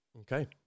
Okay